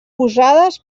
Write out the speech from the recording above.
usades